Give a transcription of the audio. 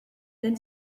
then